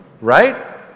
right